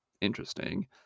Interesting